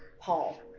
Paul